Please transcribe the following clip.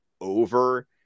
over